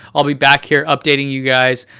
i'll be back here updating you guys,